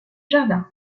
jardin